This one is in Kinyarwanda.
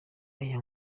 aya